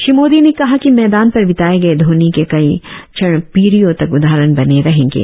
श्री मोदी ने कहा कि मैदान पर बिताए गए धोनी के कई क्षण पीढ़ियों तक उदाहरण बने रहेंगे